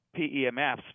PEMFs